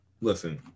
Listen